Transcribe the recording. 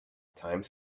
times